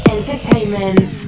Entertainment